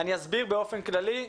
אני אסביר באופן כללי,